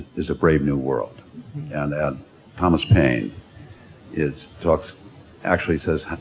is a brave new world and and thomas paine is talks actually says